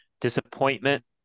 Disappointment